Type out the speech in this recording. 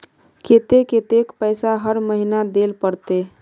केते कतेक पैसा हर महीना देल पड़ते?